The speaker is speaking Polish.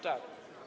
Tak.